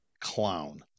clown